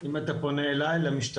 אני עובר ליתיר שמיר,